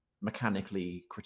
mechanically